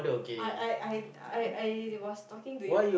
I I I I I was talking to you